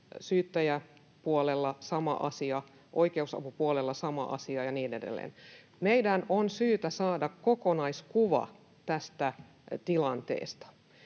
syyttäjäpuolella sama asia, oikeusapupuolella sama asia ja niin edelleen. Meidän on syytä saada kokonaiskuva tästä tilanteesta.